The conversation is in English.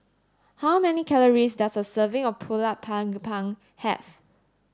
how many calories does a serving of Pulut panggang have